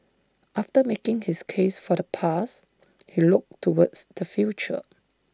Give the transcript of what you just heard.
after making his case for the past he looked towards the future